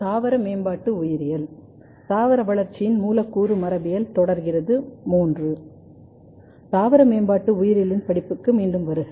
தாவர மேம்பாட்டு உயிரியலின் படிப்புக்கு மீண்டும் வருக